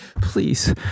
please